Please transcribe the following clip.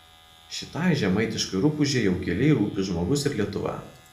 šitai žemaitiškai rupūžei jau giliai rūpi žmogus ir lietuva